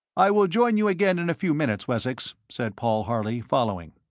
i will join you again in a few minutes, wessex, said paul harley, following.